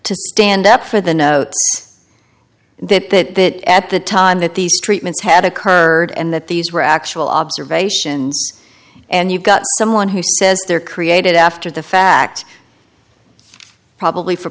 to stand up for the note that at the time that these treatments had occurred and that these were actual observations and you've got someone who says they're created after the fact probably for